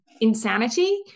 insanity